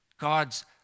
God's